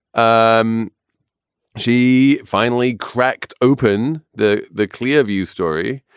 um she finally cracked open the the clear view story,